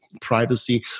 privacy